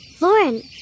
Lauren